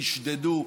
נשדדו,